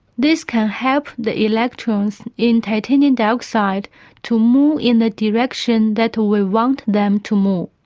this can help the electrons in titanium dioxide to move in the direction that we want them to move.